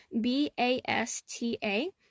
b-a-s-t-a